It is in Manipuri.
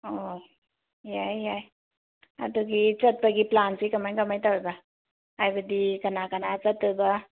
ꯑꯣ ꯌꯥꯏ ꯌꯥꯏ ꯑꯗꯨꯒꯤ ꯆꯠꯄꯒꯤ ꯄ꯭ꯂꯥꯟꯁꯤ ꯀꯃꯥꯏ ꯀꯃꯥꯏꯅ ꯇꯧꯔꯒ ꯍꯥꯏꯕꯗꯤ ꯀꯅꯥ ꯀꯅꯥ ꯆꯠꯇꯣꯏꯕ